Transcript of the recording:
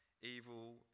evil